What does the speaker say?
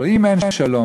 אבל אם אין שלום,